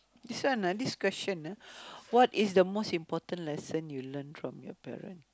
this one ah this question ah what is the most important lesson you learn from your parents